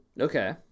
Okay